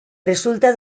resulta